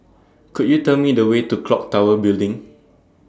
Could YOU Tell Me The Way to Clock Tower Building